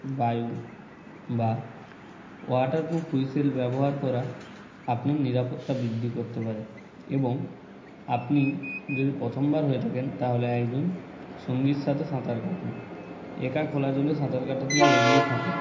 বায়ু বা waterproof whistle ব্যবহার করা আপনার নিরাপত্তা বৃদ্ধি করতে পারে এবং আপনি যদি প্রথমবার হয়ে থাকেন তাহলে একজন সঙ্গীর সাথে সাঁতার কাটুন একা খোলা জলে সাঁতার কাটা থেকে এড়িয়ে থাকুন